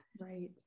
Right